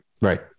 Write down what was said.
Right